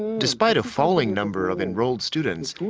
despite a falling number of enrolled students,